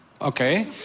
Okay